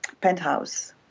penthouse